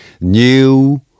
new